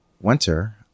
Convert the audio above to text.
winter